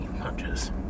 punches